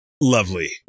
Lovely